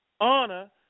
honor